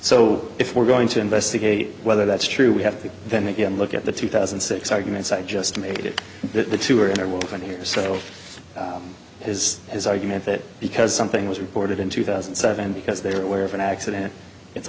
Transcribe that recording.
so if we're going to investigate whether that's true we have to then again look at the two thousand and six arguments i just made that the two are in a woman here so is his argument that because something was reported in two thousand and seven because they are aware of an accident it's